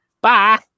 Bye